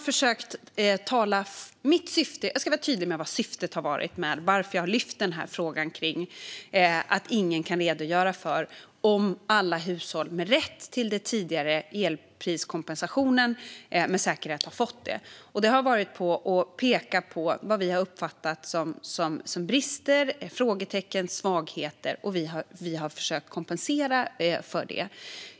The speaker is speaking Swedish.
Fru talman! Jag ska vara tydlig med vad mitt syfte har varit med att lyfta fram frågan om att ingen kan redogöra för om alla hushåll med rätt till den tidigare elpriskompensationen med säkerhet har fått den. Det har varit för att peka på vad regeringen har uppfattat som brister, frågetecken och svagheter och försökt kompensera för.